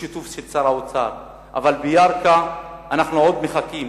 בשיתוף שר האוצר, אבל בירכא אנחנו עוד מחכים.